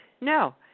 no